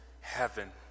heaven